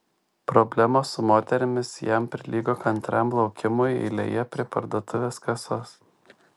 problemos su moterimis jam prilygo kantriam laukimui eilėje prie parduotuvės kasos